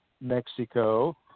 Mexico